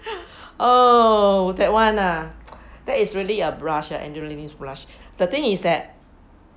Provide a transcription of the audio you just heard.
oh that [one] ah that is really a brush ah adrenaline brush the thing is that